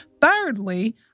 Thirdly